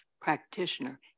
practitioner